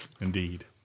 Indeed